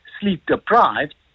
sleep-deprived